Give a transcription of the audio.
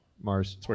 Mars